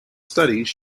studies